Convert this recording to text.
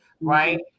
right